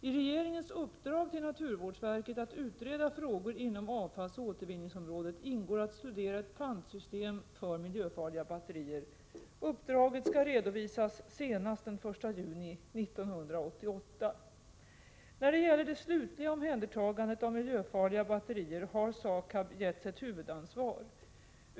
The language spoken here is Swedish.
I regeringens uppdrag till naturvårdsverket att utreda frågor inom avfallsoch återvinningsområdet ingår att studera ett pantsystem för miljöfarliga batterier. Uppdraget skall redovisas senast den 1 juni 1988. När det gäller det slutliga omhändertagandet av miljöfarliga batterier har SAKAB getts ett huvudansvar.